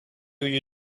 you